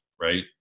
Right